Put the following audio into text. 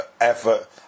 effort